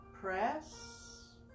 press